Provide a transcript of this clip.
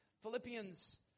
Philippians